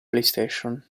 playstation